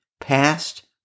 past